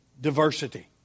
diversity